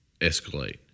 escalate